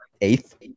eighth